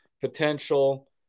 potential